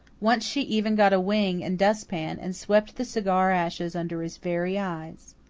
once she even got a wing and dustpan and swept the cigar ashes under his very eyes.